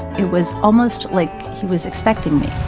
it was almost like he was expecting me